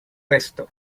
resto